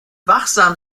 wachsam